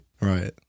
Right